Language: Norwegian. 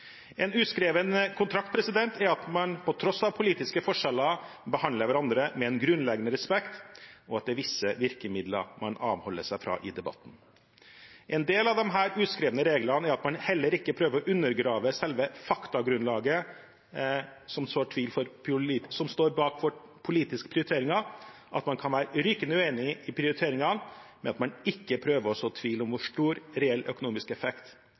En uskreven kontrakt er at man på tross av politiske forskjeller behandler hverandre med en grunnleggende respekt, og at det er visse virkemidler man avholder seg fra i debatten. En del av disse uskrevne reglene er at man heller ikke prøver å undergrave selve faktagrunnlaget som står bak våre politiske prioriteringer, at man kan være rykende uenig i prioriteringene, men at man ikke prøver å så tvil om hvor stor reell økonomisk effekt